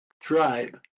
tribe